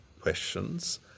questions